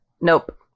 Nope